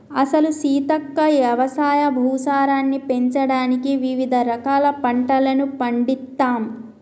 అసలు సీతక్క యవసాయ భూసారాన్ని పెంచడానికి వివిధ రకాల పంటలను పండిత్తమ్